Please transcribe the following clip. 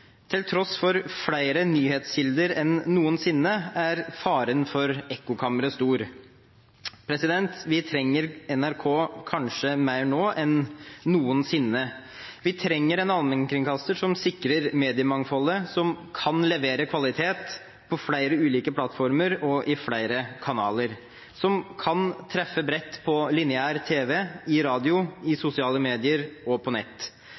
Til tross for flere nyhetskilder enn noensinne er faren for ekkokamre stor. Vi trenger NRK kanskje mer nå enn noensinne. Vi trenger en allmennkringkaster som sikrer mediemangfoldet, som kan levere kvalitet på flere ulike plattformer og i flere kanaler, og som kan treffe bredt på lineær tv, i radio, i sosiale medier og på nett.